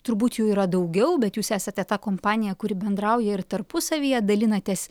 turbūt jų yra daugiau bet jūs esate ta kompanija kuri bendrauja ir tarpusavyje dalinatės